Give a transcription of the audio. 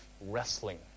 wrestling